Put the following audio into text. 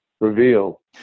reveal